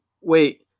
wait